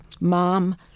mom